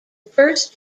first